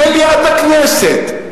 מליאת הכנסת,